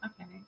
okay